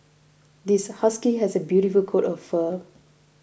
this husky has a beautiful coat of fur